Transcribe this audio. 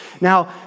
Now